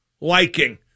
liking